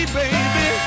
baby